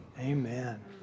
Amen